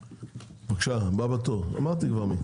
בבקשה, נציג אור ירוק.